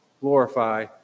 glorify